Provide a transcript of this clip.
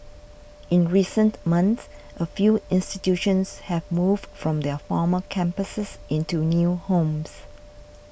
in recent months a few institutions have moved from their former campuses into new homes